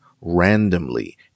randomly